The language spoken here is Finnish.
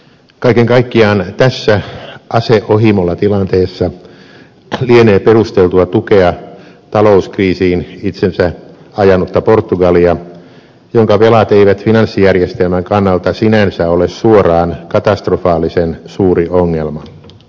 kaiken kaikkiaan tässä ase ohimolla tilanteessa lienee perusteltua tukea talouskriisiin itsensä ajanutta portugalia jonka velat eivät finanssijärjestelmän kannalta sinänsä ole suoraan katastrofaalisen suuri ongelma